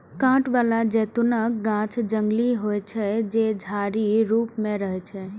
कांट बला जैतूनक गाछ जंगली होइ छै, जे झाड़ी रूप मे रहै छै